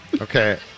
Okay